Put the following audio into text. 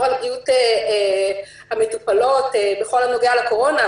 על בריאות המטופלות בכל הנוגע לקורונה,